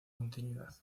continuidad